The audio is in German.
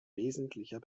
wesentlicher